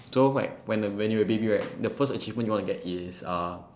so like when uh when you are a baby right the first achievement you want to get is uh